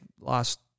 lost